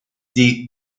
the